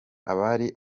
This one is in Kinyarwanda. abari